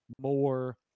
more